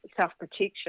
self-protection